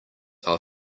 are